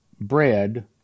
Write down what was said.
bread